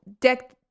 deck